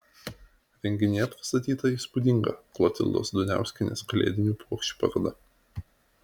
renginyje pristatyta įspūdinga klotildos duniauskienės kalėdinių puokščių paroda